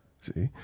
See